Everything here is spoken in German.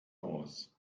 aus